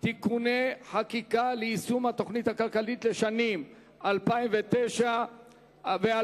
(תיקוני חקיקה ליישום התוכנית הכלכלית לשנים 2009 ו-2010),